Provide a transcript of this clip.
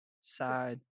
side